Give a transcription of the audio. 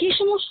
কী সমস্যা